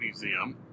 Museum